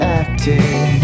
acting